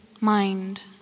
mind